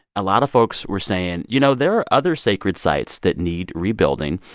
a lot of folks were saying, you know, there are other sacred sites that need rebuilding,